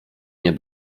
nie